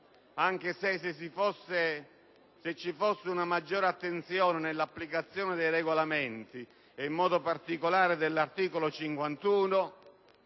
Anche se ci fosse una maggiore attenzione nell'applicazione dei Regolamenti, ed in modo particolare dell'articolo 51